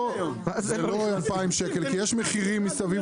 זה לא 2,000 שקל כי יש מחירים מסביב